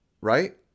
right